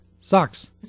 sucks